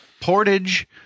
Portage